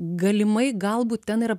galimai galbūt ten yra